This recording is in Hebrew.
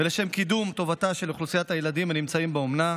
ולשם קידום טובתה של אוכלוסיית הילדים הנמצאים באומנה,